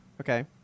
Okay